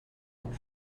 and